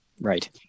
Right